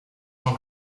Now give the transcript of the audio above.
cent